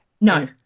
No